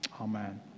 amen